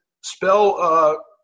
spell